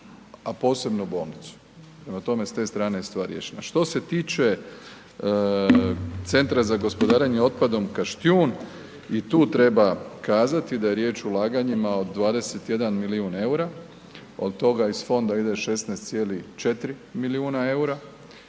a posebno bolnicu. Prema tome s te strane je stvar riješena. Što se tiče Centra za gospodarenje otpadom Kaštijun i tu treba kazati da je riječ o ulaganjima od 21 milijun eura, od toga iz fonda ide 16,4 milijuna eura.